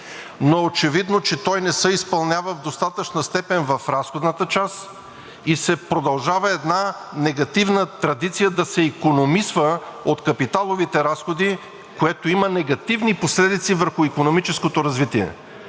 е очевидно, че той не се изпълнява в достатъчна степен в разходната част и се продължава една негативна традиция да се икономисва от капиталовите разходи, което има негативни последици върху икономическото развитие.